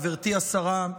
גברתי השרה,